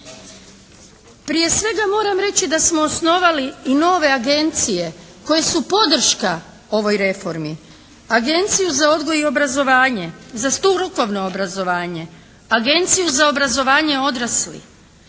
Prije svega moram reći da smo osnovali i nove agencije koje su podrška ovoj reformi. Agencija za odgoj i obrazovanje. Za strukovno obrazovanje. Agencija za obrazovanje odraslih.